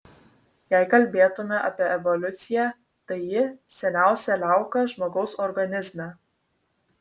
jei kalbėtumėme apie evoliuciją tai ji seniausia liauka žmogaus organizme